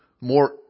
more